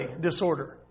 disorder